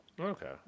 Okay